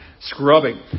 scrubbing